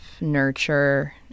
nurture